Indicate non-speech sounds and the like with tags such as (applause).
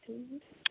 (unintelligible)